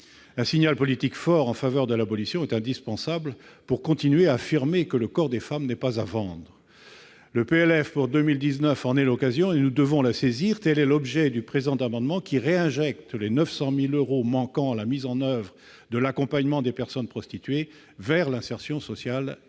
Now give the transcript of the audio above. Un signal politique fort en faveur de l'abolition est indispensable, pour continuer à affirmer que le corps des femmes n'est pas à vendre. Le projet de loi de finances pour 2019 en offre l'occasion et nous devons la saisir. Le présent amendement vise ainsi à réinjecter les 900 000 euros manquants à la mise en oeuvre de l'accompagnement des personnes prostituées vers l'insertion sociale et